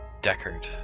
Deckard